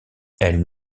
elle